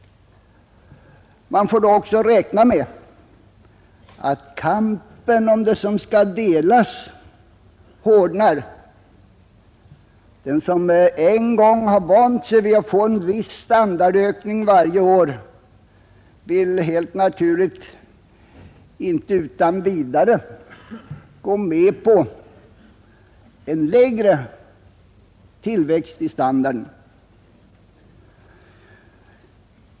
Man får då också räkna med att kampen om det som skall delas hårdnar. Den som en gång vant sig vid att få en viss standardökning varje år, vill helt naturligt inte utan vidare gå med på en lägre tillväxt av standarden.